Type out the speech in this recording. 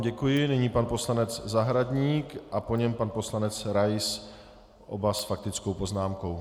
Děkuji vám, nyní pan poslanec Zahradník a po něm pan poslanec Rais, oba s faktickou poznámkou.